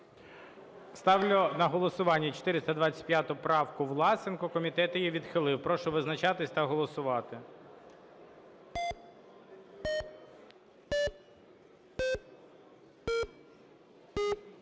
Ставлю на голосування 425 правку Власенка. Комітет її відхилив. Прошу визначатись та голосувати.